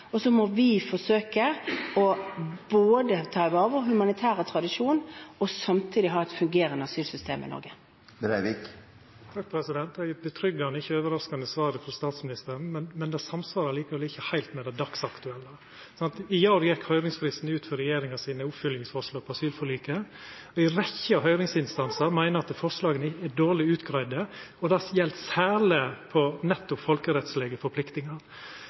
og så må vi forsøke både å ta vare på den humanitære tradisjon og samtidig ha et fungerende asylsystem i Norge. Det var eit betryggjande og ikkje overraskande svar frå statsministeren, men det samsvarar likevel ikkje heilt med det dagsaktuelle. I går gjekk høyringsfristen ut for regjeringa sine oppfølgingsforslag til asylforliket, og ei rekkje av høyringsinstansane meiner at forslaga er dårleg utgreidde. Det gjeld særleg folkerettslege forpliktingar.